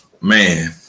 Man